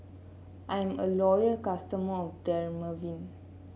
I'm a loyal customer of Dermaveen